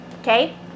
okay